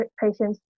patients